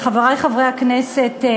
חברי חברי הכנסת,